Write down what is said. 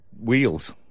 wheels